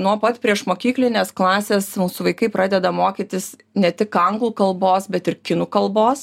nuo pat priešmokyklinės klasės mūsų vaikai pradeda mokytis ne tik anglų kalbos bet ir kinų kalbos